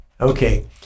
Okay